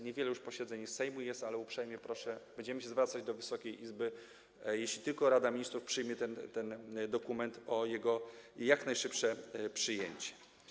Niewiele już jest posiedzeń Sejmu, ale uprzejmie proszę, będziemy się zwracać do Wysokiej Izby, jeśli tylko Rada Ministrów przyjmie ten dokument, o jego jak najszybsze przyjęcie.